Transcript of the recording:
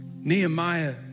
Nehemiah